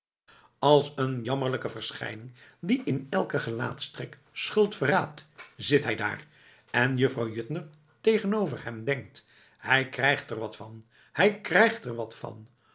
als een jammerlijke verschijning die in elken gelaatstrek schuld verraadt zit hij daar en juffrouw juttner tegenover hem denkt hij krijgt er wat van hij krijgt er wat van